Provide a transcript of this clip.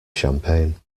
champagne